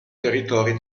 territori